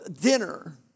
dinner